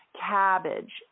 cabbage